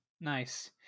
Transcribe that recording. Nice